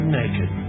naked